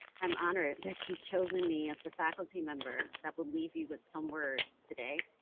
i'm honored that you've chosen me as the faculty member that would leave you with some words today,